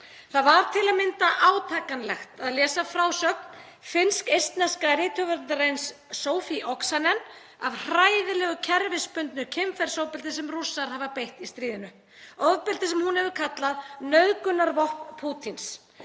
Það var til að mynda átakanlegt að lesa frásögn finnsk-eistneska rithöfundarins Sofi Oksanen af hræðilegu kerfisbundnu kynferðisofbeldi sem Rússar hafa beitt í stríðinu, ofbeldi sem hún hefur kallað nauðgunarvopn Pútíns.